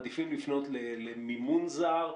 מעדיפים לפנות למימון זר?